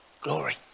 glory